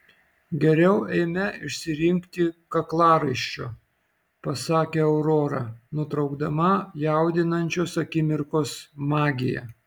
geriau eime išsirinkti kaklaraiščio pasakė aurora nutraukdama jaudinančios akimirkos magiją